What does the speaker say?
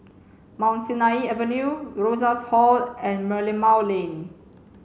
Mount Sinai Avenue Rosas Hall and Merlimau Lane